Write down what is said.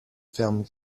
ferment